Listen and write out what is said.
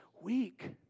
weak